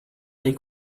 dei